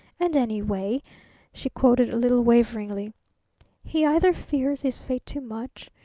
and, anyway, she quoted a little waveringly he either fears his fate too much,